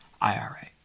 IRA